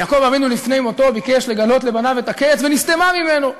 יעקב אבינו לפני מותו ביקש לגלות לבניו את הקץ ונסתמה ממנו,